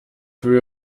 höhe